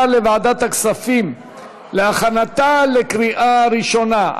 לוועדת הכספים להכנתה לקריאה ראשונה.